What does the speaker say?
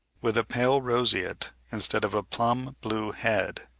with a pale roseate instead of a plum-blue head.